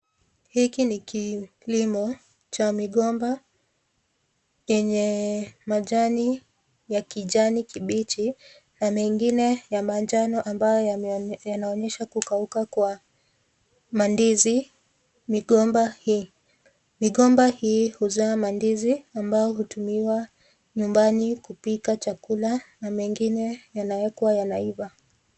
Hiki ni kilimo cha migomba yenye majani ya kijani kibichi na mengine ya manjano ambayo yanaonyesha kukauka kwa mandizi migomba hii. Migomba hii huzaa mandizi ambayo hutumiwa nyumbani kupika chakula na mengine yanawekwa yanaiva.